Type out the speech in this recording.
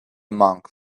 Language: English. monk